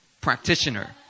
practitioner